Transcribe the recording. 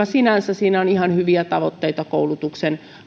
sinänsä on ihan hyviä tavoitteita koulutuksen